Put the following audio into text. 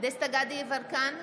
דסטה גדי יברקן,